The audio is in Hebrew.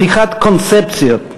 הפיכת קונספציות,